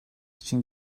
için